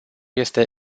este